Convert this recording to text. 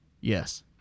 Yes